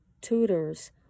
tutors